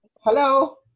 Hello